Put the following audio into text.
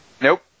Nope